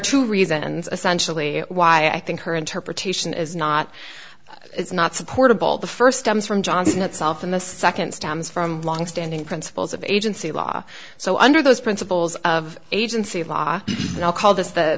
two reasons essentially why i think her interpretation is not it's not supportable the first comes from johnson itself and the second stems from longstanding principles of agency law so under those principles of agency of law and i'll call this the